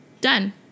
Done